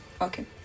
okay